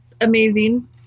amazing